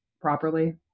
properly